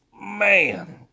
man